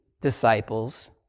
disciples